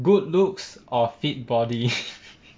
good looks or fit body